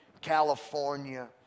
California